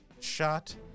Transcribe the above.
shot